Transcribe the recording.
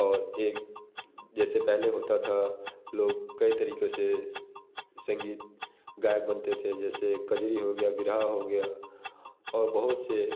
और एक जैसे पहले होता था लोग कई तरीक़ों से संगीत गायक बनते थे जैसे कजरी हो गया बिरहा हो गया और बहुत से